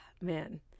Man